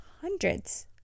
hundreds